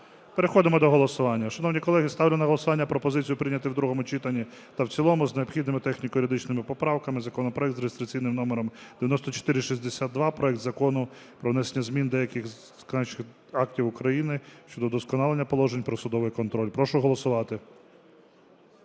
Переходимо до голосування. Шановні колеги, ставлю на голосування пропозицію прийняти в другому читанні та в цілому з необхідними техніко-юридичними поправками законопроект за реєстраційним номером 9462: проект Закону про внесення змін до деяких законодавчих актів України щодо удосконалення положень про судовий контроль. Прошу голосувати.